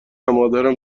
مادرم